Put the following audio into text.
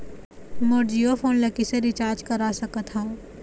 मोर Jio phone ला किसे recharge करा सकत हवं?